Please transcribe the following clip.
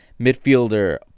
midfielder